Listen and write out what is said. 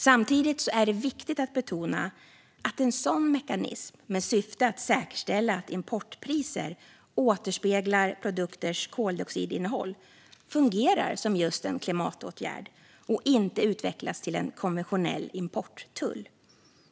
Samtidigt är det viktigt att betona att en sådan mekanism med syftet att säkerställa att importpriser återspeglar produkters koldioxidinnehåll fungerar som just en klimatåtgärd och inte utvecklas till en konventionell importtull.